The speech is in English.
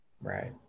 Right